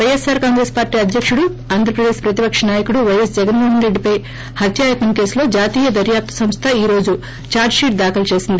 YSR Congress party అధ్యకుడు ఆంధ్రప్రదేశ్ ప్రతిపక్ష నాయకుడు వైఎస్ జగన్మోహన్ రెడ్డిపై హత్యాయత్నం కేసులో జాతీయ దర్యాప్తు సంస్దఎన్ఐఏ ఈ రోజు దార్టిపీట్ దాఖలు చేసింది